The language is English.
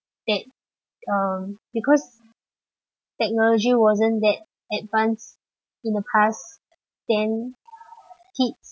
that um because technology wasn't that advanced in the past then kids